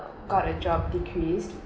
got a job decreased